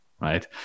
right